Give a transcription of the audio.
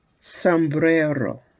sombrero